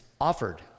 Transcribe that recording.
offered